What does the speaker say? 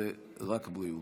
ורק בריאות.